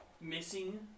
missing